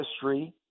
history